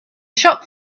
shop